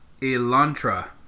Elantra